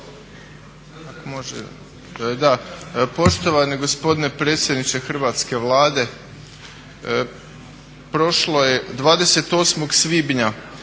(HDSSB)** Poštovani gospodine predsjedniče Hrvatske vlade prošlo je, 28. svibnja